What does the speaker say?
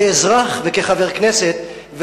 כאזרח וכחבר כנסת,